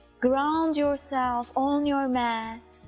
ground yourself on your mat